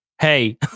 Hey